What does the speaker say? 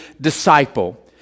disciple